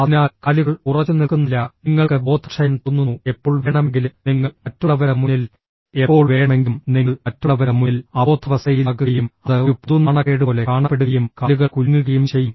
അതിനാൽ കാലുകൾ ഉറച്ചുനിൽക്കുന്നില്ല നിങ്ങൾക്ക് ബോധക്ഷയം തോന്നുന്നു എപ്പോൾ വേണമെങ്കിലും നിങ്ങൾ മറ്റുള്ളവരുടെ മുന്നിൽ എപ്പോൾ വേണമെങ്കിലും നിങ്ങൾ മറ്റുള്ളവരുടെ മുന്നിൽ അബോധാവസ്ഥയിലാകുകയും അത് ഒരു പൊതു നാണക്കേട് പോലെ കാണപ്പെടുകയും കാലുകൾ കുലുങ്ങുകയും ചെയ്യും